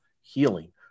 healing